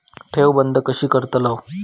ठेव बंद कशी करतलव?